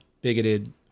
bigoted